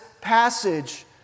passage